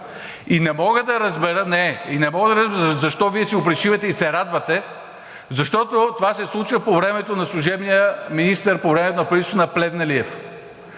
И не мога да разбера защо Вие си го пришивате и се радвате, защото това се случва по времето на служебния министър по времето на правителството на Плевнелиев.